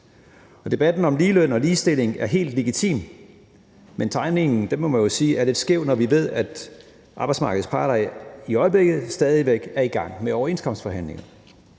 debatten om ligeløn og ligestilling er helt legitim, men timingen må man jo sige er lidt skæv, når vi ved, at arbejdsmarkedets parter i øjeblikket stadig væk er i gang med overenskomstforhandlinger.